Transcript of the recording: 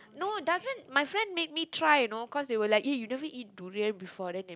no doesn't my friend made me try you know cause they were like eh you never eat durian before then they